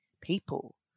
people